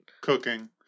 Cooking